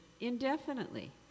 indefinitely